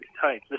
Hi